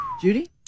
Judy